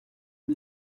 буй